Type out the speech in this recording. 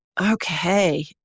okay